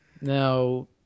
Now